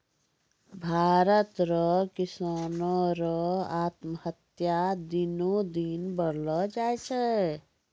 भारत रो किसानो रो आत्महत्या दिनो दिन बढ़लो जाय छै